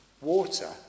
water